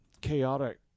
chaotic